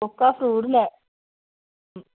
कोह्का फ्रूट लैना